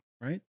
right